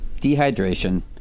dehydration